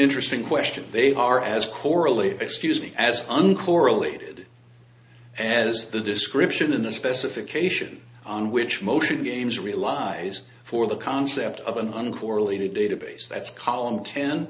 interesting question they are as correlated excuse me as uncorrelated and as the description in the specification on which motion games relies for the concept of an uncorrelated database that's column ten